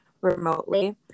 remotely